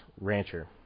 rancher